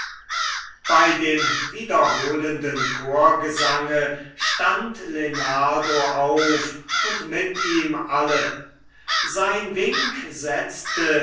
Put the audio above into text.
bei dem wiederholenden chorgesange stand lenardo auf und mit ihm alle sein wink setzte